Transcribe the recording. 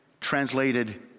translated